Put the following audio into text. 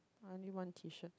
only one T-shirt